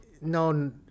No